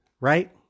right